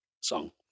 song